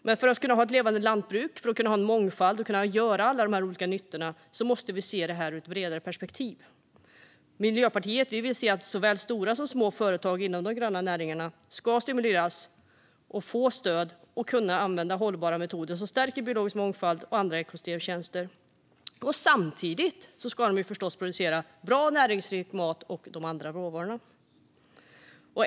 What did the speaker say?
Men för att kunna ha ett levande lantbruk och en mångfald och för att kunna skapa alla dessa olika nyttor måste vi se detta ur ett bredare perspektiv. Vi i Miljöpartiet vill att såväl stora som små företag inom de gröna näringarna ska stimuleras, få stöd och kunna använda hållbara metoder som stärker biologisk mångfald och andra ekosystemtjänster. Samtidigt ska de förstås producera bra och näringsrik mat och andra råvaror.